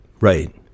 Right